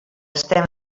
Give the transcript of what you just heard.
estem